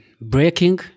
breaking